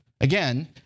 again